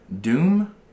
Doom